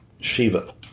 Shiva